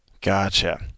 Gotcha